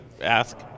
ask